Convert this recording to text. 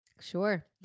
sure